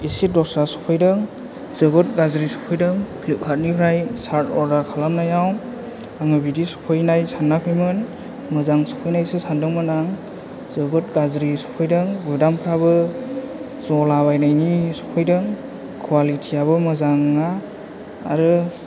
एसे दस्रा सफैदों जोबोद गाज्रि सफैदों फ्लिपकार्थनिफ्राय सार्थ अर्दार खालामनायाव आङो बिदि सफैनाय सानाखैमोन मोजां सफैनायसो सान्दोंमोन आं जोबोद गाज्रि सफैदों गुदामफ्राबो जलाबायनायनि सफैदों खवालिथियाबो मोजां नङा आरो